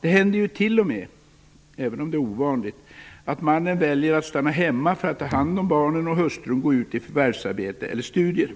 Det händer ju t.o.m., även om det är ovanligt, att mannen väljer att stanna hemma för att ta hand om barnen medan hustrun går ut i förvärvsarbete eller studerar.